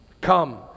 Come